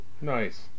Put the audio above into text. Nice